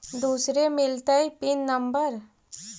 दुसरे मिलतै pin number?